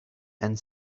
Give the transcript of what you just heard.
and